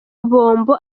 bombo